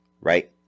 right